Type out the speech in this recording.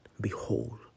Behold